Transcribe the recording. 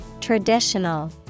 Traditional